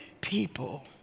people